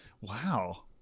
Wow